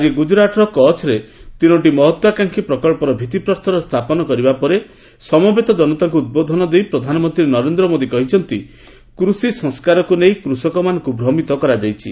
ଆଜି ଗୁଜରାତର କଚ୍ଚରେ ତିନୋଟି ମହତ୍ୱାକାଂକ୍ଷି ପ୍ରକଚ୍ଚର ଭିତ୍ତିପ୍ରସ୍ତର ସ୍ଥାପନ କରିବା ପରେ ସମବେତ ଜନତାଙ୍କୁ ଉଦ୍ବୋଧନ ଦେଇ ପ୍ରଧାନମନ୍ତ୍ରୀ ନରେନ୍ଦ୍ର ମୋଦୀ କହିଛନ୍ତି କୃଷି ସଂସ୍କାରକୁ ନେଇ କୃଷକମାନଙ୍କୁ ଭ୍ରମିତ କରାଯାଇଛି